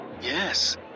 Yes